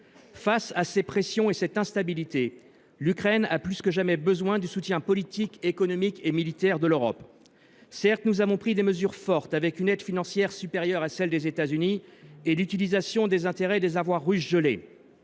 Face à ces pressions et à cette instabilité, l’Ukraine a plus que jamais besoin du soutien politique, économique et militaire de l’Europe. Certes, nous avons pris des mesures fortes : une aide financière supérieure à celle des États Unis et l’utilisation des intérêts des avoirs russes gelés.